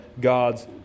God's